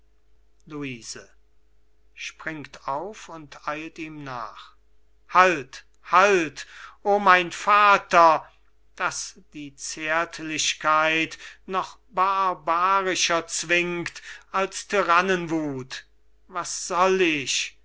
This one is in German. nach halt halt o mein vater daß die zärtlichkeit noch barbarischer zwingt als tyrannenwuth was soll ich